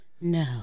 No